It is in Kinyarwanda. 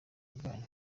bwanyu